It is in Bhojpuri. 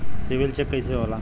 सिबिल चेक कइसे होला?